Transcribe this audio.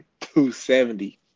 270